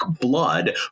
blood